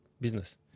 business